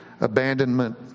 abandonment